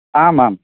आमाम्